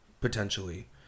potentially